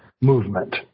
movement